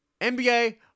NBA